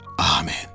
Amen